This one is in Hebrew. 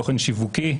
תוכן שיווקי,